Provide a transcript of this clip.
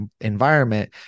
environment